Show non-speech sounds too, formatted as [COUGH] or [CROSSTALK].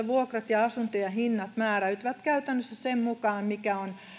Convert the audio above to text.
[UNINTELLIGIBLE] vuokrat ja asuntojen hinnat määräytyvät käytännössä sen mukaan mikä on